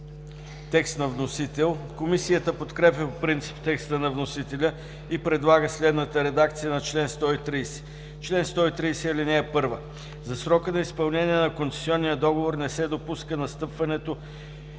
текст на вносител. Комисията подкрепя по принцип текста на вносителя и предлага следната редакция на чл. 130: „Чл. 130. (1) За срока на изпълнение на концесионния договор не се допуска настъпването